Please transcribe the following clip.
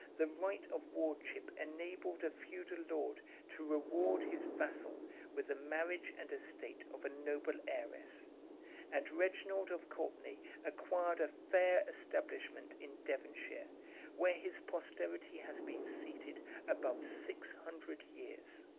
the right of wardship enabled a feudal lord to reward his vassal with the marriage and estate of a noble heiress and reginald of courtenay acquired a fair establishment in devonshire, where his posterity has been seated above six hundred years.